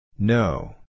No